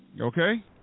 Okay